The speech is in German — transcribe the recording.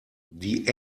die